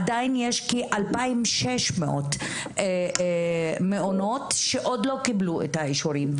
עדיין יש כ-2,600 מעונות שעוד לא קיבלו את האישורים,